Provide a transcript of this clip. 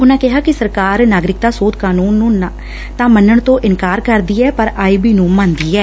ਉਨੂਾ ਕਿਹਾ ਕਿ ਸਰਕਾਰ ਨਾਗਰਿਕਤਾ ਸੋਧ ਕਾਨੂੰਨ ਨੂੰ ਤਾਂ ਮੰਨਣ ਤੋਂ ਇਨਕਾਰ ਕਰਦੀ ਐ ਪਰ ਆਈ ਬੀ ਨੂੰ ਮੰਨਦੀ ਐ